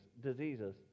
diseases